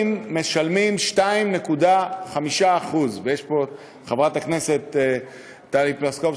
משלמים 2.5%. ישנה פה חברת הכנסת טלי פלוסקוב,